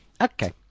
Okay